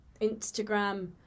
Instagram